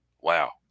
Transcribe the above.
wow